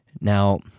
Now